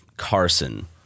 Carson